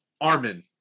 Armin